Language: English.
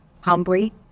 humbly